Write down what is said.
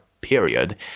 period